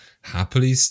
happily